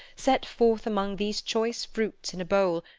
set forth among these choice fruits in a bowl,